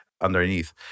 underneath